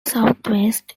southwest